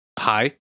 Hi